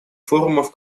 форумов